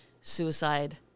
suicide